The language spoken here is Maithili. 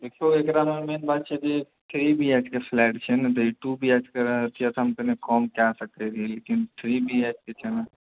देखिऔ एकरामे मेन बात छै जे थ्री बी एच के फ़्लैट छै ने तऽ ई टू बी एच के रहितीए तऽहम कनि कम कए सकए छलिऐ लेकिन थ्री बी एच के छै ने